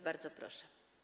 Bardzo proszę.